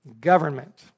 government